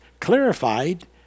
clarified